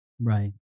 Right